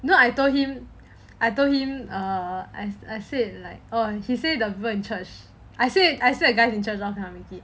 you know I told him I told him err I said like oh he said the church I said I said the guys interest long on me